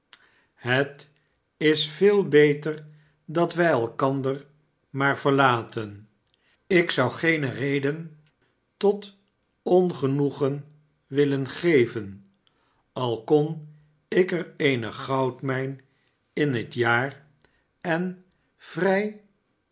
het is veel beter datwij elkander maar verlaten ik zou geene reden tot ongenoegen willen geven al kon ik er eene goudmijn in het jaar en vrij